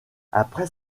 après